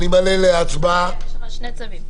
יש שני צווים.